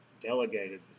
delegated